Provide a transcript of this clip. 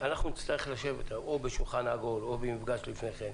אנחנו נצטרך לשבת או בשולחן עגול או במפגש לפני כן,